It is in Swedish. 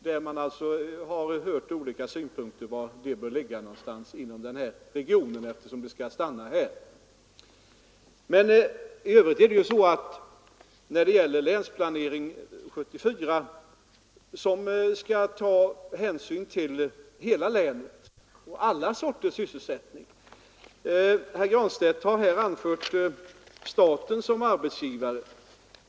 Det har framförts olika synpunkter var inom regionen det bör ligga. Länsplanering 1974 skall ta hänsyn till hela länet och alla sorters sysselsättning. Herr Granstedt sade att staten var en dominerande arbetsgivare i den här regionen.